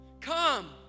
come